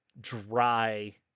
dry